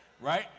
Right